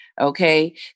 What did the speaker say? okay